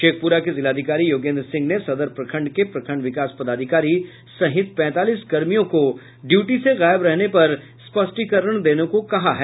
शेखपुरा के जिलाधिकारी योगेंद्र सिंह ने सदर प्रखंड के प्रखंड विकास पदाधिकारी सहित पैंतालीस कर्मियों को ड्यूटी से गायब रहने पर स्पष्टीकरण देने को कहा है